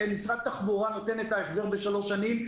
משרד התחבורה נותן את ההחזר במשך שלוש שנים,